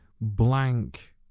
blank